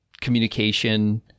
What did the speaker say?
communication